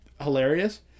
hilarious